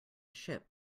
ship